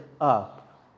up